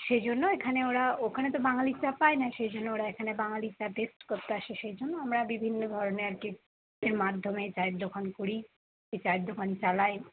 সেজন্য এখানে ওরা ওখানে তো বাঙালির চা পায় না সেজন্য ওরা এখানে বাঙালির চা টেস্ট করতে আসে সেজন্য আমরা বিভিন্ন ধরনের আরকি মাধ্যমের চায়ের দোকান করি চায়ের দোকান চালাই